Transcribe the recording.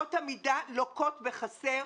אמות המידה לוקות בחסר.